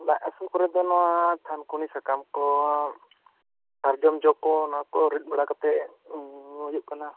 ᱞᱟᱡ ᱦᱟᱹᱥᱩ ᱠᱚᱨᱮ ᱫᱚ ᱱᱚᱣᱟ ᱛᱷᱟᱱ ᱠᱩᱱᱤ ᱥᱟᱠᱟᱢ ᱠᱚ ᱥᱟᱨᱡᱚᱢ ᱡᱚ ᱠᱚ ᱚᱱᱟ ᱠᱚ ᱨᱤᱫ ᱵᱟᱲᱟ ᱠᱟᱛᱮ ᱡᱚᱢ ᱦᱩᱭᱩᱜ ᱠᱟᱱᱟ